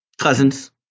Cousins